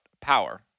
power